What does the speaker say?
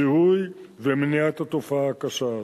זיהוי ומניעה של התופעה הקשה הזאת.